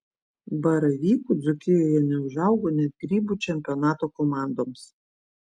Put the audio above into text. baravykų dzūkijoje neužaugo net grybų čempionato komandoms